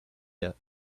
yet